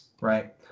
right